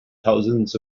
thousands